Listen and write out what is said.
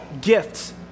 gifts